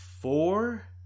four